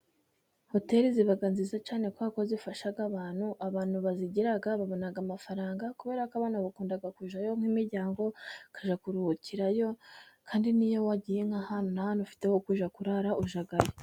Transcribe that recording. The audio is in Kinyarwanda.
Hoteli ziba nziza cyane kuberako zifasha abantu, abantu bazigira babona amafaranga kubera ko abantu bakunda kujyayo nk'imiryango bakajya kuruhukirayo kandi nk'iyo wagiye nk'ahantu ntahantu ufite ho kujya kurara ujyayo.